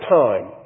time